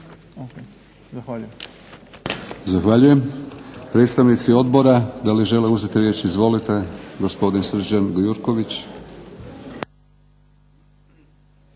Zahvaljujem.